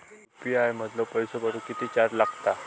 UPI मधलो पैसो पाठवुक किती चार्ज लागात?